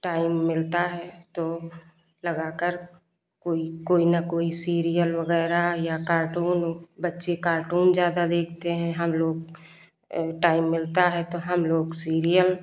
time मिलता है तो लगाकर कोई न कोई सीरियल वगैरह या कार्टून बच्चे कार्टून ज़्यादा देखते हैं हम लोग टाइम मिलता है तो हम लोग सीरियल